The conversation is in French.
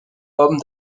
homme